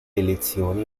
elezioni